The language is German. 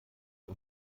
mit